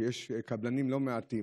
שיש קבלנים לא מעטים,